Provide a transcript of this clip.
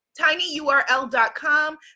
tinyurl.com